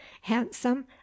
handsome